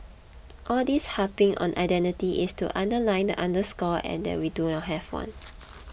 all this harping on identity is to underline and underscore and that we do not have one